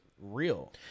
real